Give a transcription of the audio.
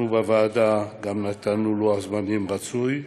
בוועדה גם נתנו לוח זמנים רצוי.